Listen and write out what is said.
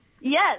Yes